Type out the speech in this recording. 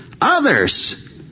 Others